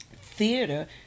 theater